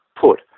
put